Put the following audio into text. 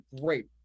great